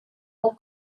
were